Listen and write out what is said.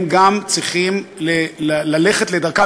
הם גם צריכים ללכת לדרכם,